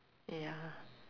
ya